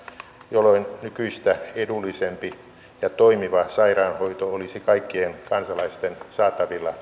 jolloin nykyistä edullisempi ja toimiva sairaanhoito olisi kaikkien kansalaisten saatavilla